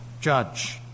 judge